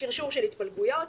שרשור של התפלגויות.